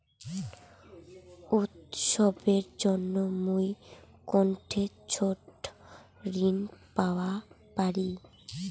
উৎসবের জন্য মুই কোনঠে ছোট ঋণ পাওয়া পারি?